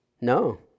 no